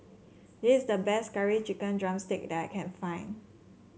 this is the best Curry Chicken drumstick that I can find